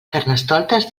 carnestoltes